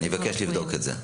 נבקש לבדוק את זה.